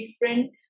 different